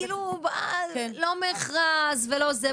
כאילו לא מכרז ולא זה.